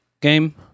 game